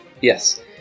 Yes